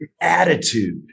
attitude